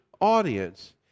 audience